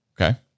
Okay